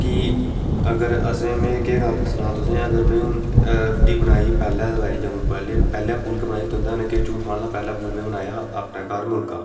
कि अगर असें में हून केह् गल्ल सनांऽ तुसें गी अगर में रुट्टी बनाई पैह्ली बारी जदूं तुं'दे कन्नै झूठ केह् मारना हा पैह्ली बारी में बनाया हा मुर्गा